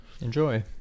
Enjoy